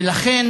ולכן,